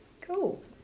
Cool